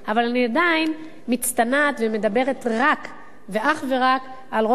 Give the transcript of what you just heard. אבל אני עדיין מצטנעת ומדברת רק ואך ורק על ראש ממשלה,